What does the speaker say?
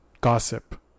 gossip